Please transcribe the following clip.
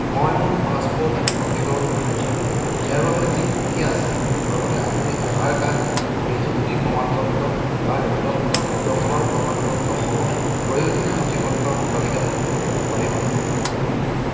মই মোৰ পাছপোৰ্ট নৱীকৰণ কৰিব লাগিব ইয়াৰ বাবে কি প্ৰক্ৰিয়া আছে লগতে আপুনি আধাৰ কাৰ্ড নিযুক্তিৰ প্ৰমাণপত্ৰ আৰু দত্তক গ্ৰহণৰ প্ৰমাণপত্ৰ সহ প্ৰয়োজনীয় নথিপত্ৰসমূহ তালিকাভুক্ত কৰিব পাৰিবনে